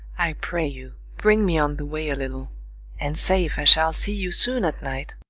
i pray you, bring me on the way a little and say if i shall see you soon at night.